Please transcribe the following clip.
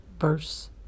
verse